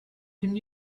can